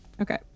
Okay